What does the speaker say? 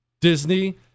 Disney